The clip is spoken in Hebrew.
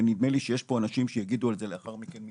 ונדמה לי שיש פה אנשים שיגידו על זה מילה לאחר מכן.